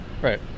right